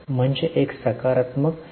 म्हणजे एक सकारात्मक व्यक्ती